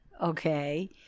okay